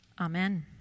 Amen